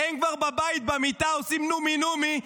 הם כבר בבית במיטה עושים נומי-נומי,